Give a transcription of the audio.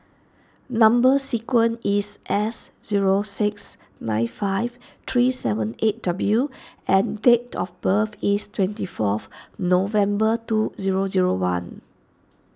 Number Sequence is S zero six nine five three seven eight W and date of birth is twenty fourth November two zero zero one